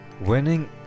winning